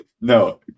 No